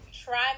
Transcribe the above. try